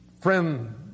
Friend